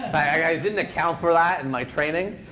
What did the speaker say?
i didn't account for that in my training.